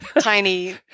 tiny